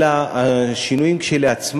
אלא השינויים בתוך החוק כשלעצמם